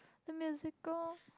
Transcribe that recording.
the musical